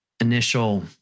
initial